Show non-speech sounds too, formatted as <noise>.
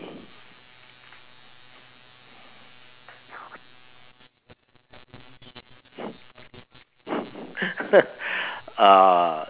<laughs> uh